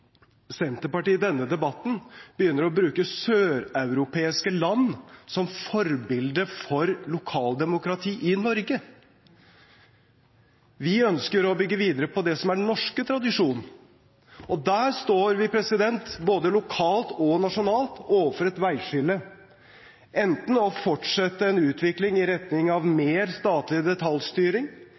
Senterpartiet i denne debatten begynner å bruke søreuropeiske land som forbilde for lokaldemokrati i Norge. Vi ønsker å bygge videre på det som er den norske tradisjonen, og der står vi både lokalt og nasjonalt overfor et veiskille – enten å fortsette en utvikling i retning av mer statlig detaljstyring,